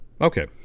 okay